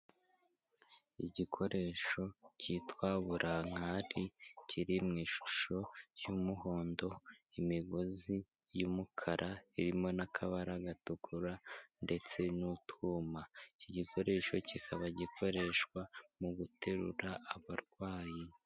Igikoresho cyitwa burankakari kiri mu ishusho y'umuhondo, imigozi y’umukara irimo n'akabara gatukura ndetse n'utwuma. Iki gikoresho kikaba gikoreshwa mu guterura abarwayi.